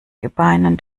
gebeinen